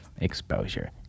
exposure